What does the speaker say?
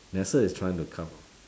NASA is trying to coover up